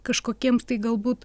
kažkokiems tai galbūt